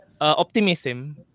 optimism